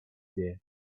their